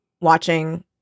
watching